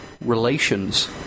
relations